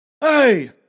Hey